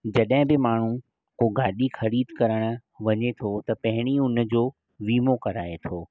जॾहिं बी माण्हू पोइ गाॾी ख़रीद करणु वञे थो त पहिरीं हुनजो विमो कराए थो